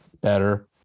better